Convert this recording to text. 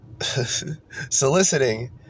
soliciting